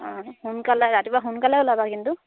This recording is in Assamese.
অঁ সোনকালে ৰাতিপুৱা সোনকাল ওলাবা কিন্তু